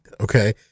okay